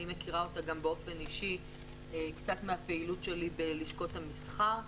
אני מכירה אותה גם באופן אישי קצת מהפעילות שלי בלשכות המסחר.